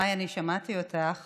מאי, שמעתי אותך